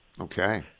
Okay